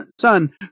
son